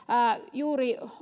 juuri